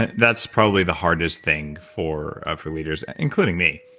and that's probably the hardest thing for ah for leaders including me.